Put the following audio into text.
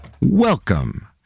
Welcome